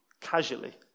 casually